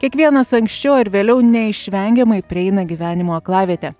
kiekvienas anksčiau ar vėliau neišvengiamai prieina gyvenimo aklavietę